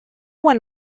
one